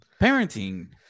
parenting